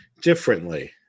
differently